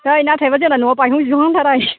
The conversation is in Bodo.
नै नाथायबा जोंना न'आ बायहं जिहं थारहाय